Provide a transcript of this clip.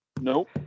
nope